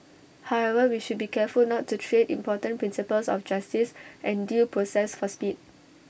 however we should be careful not to trade important principles of justice and due process for speed